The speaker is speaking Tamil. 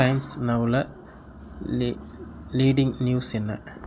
டைம்ஸ் நவ்வில் லீ லீடிங் நியூஸ் என்ன